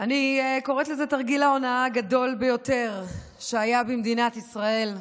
אני קוראת לזה תרגיל ההונאה הגדול ביותר שהיה במדינת ישראל.